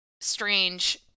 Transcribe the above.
strange